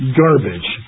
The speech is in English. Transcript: garbage